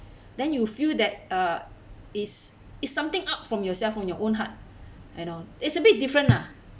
then you will feel that uh is is something up from yourself on your own heart you know it's a bit different lah